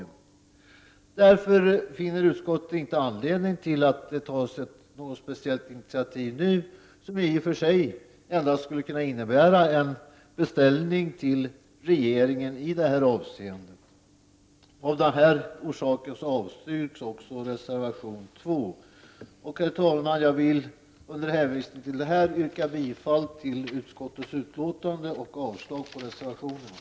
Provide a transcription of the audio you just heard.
Utskottet finner inte anledning till något speciellt initiativ nu, som i och för sig endast skulle innebära en beställning till regeringen i detta avseende. Av denna orsak yrkar vi avslag på reservation 2. Herr talman! Under hänvisning till vad jag har anfört vill jag yrka bifall till utskottets hemställan och avslag på reservationerna.